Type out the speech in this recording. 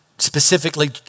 specifically